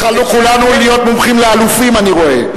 התחלנו כולנו להיות מומחים לאלופים, אני רואה.